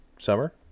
summer